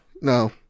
No